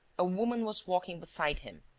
a woman was walking beside him,